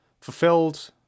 fulfilled